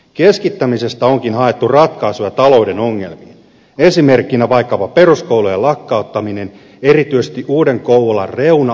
keskittämisestä onkin haettu ratkaisuja talouden ongelmiin esimerkkinä vaikkapa peruskoulujen lakkauttaminen erityisesti uuden kouvolan reuna alueilla